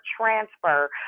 transfer